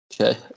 okay